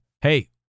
hey